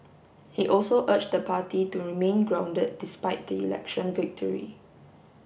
he also urged the party to remain grounded despite the election victory